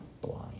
blind